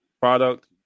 product